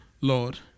Lord